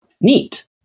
Neat